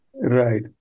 Right